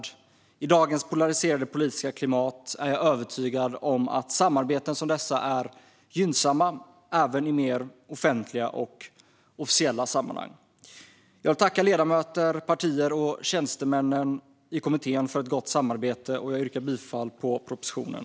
Jag är övertygad om att i dagens polariserade politiska klimat skulle samarbeten som dessa vara gynnsamma även i mer offentliga och officiella sammanhang. Jag vill tacka ledamöter, partier och tjänstemän i kommittén för ett gott samarbete. Jag yrkar bifall till propositionen.